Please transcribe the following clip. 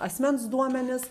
asmens duomenis